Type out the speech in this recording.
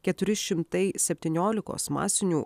keturi šimtai septyniolikos masinių